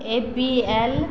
A P L